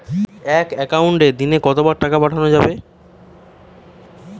এক একাউন্টে দিনে কতবার টাকা পাঠানো যাবে?